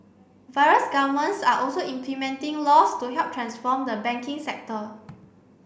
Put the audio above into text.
various governments are also implementing laws to help transform the banking sector